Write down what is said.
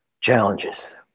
challenges